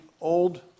old